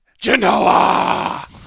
Genoa